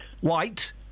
White